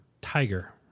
Tiger